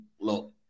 look